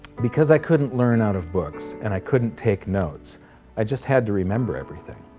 because i couldn't learn out of books and i couldn't take notes i just had to remember everything.